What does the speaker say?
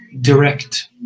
direct